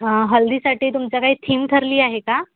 हां हल्दीसाठी तुमचं काही थीम ठरली आहे का